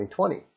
2020